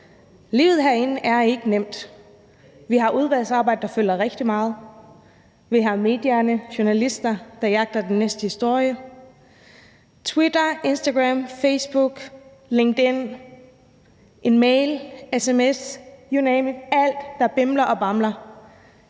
Livet herinde er ikke nemt. Vi har udvalgsarbejde, der fylder rigtig meget; vi har medierne og journalisterne, der jagter den næste historie; vi har Twitter, Instagram, Facebook, LinkedIn, mail, sms, you name it, alt, der bimler og bamler.